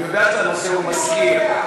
אני יודע שהנושא מסעיר.